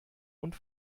und